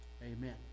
Amen